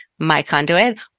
MyConduit